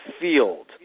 field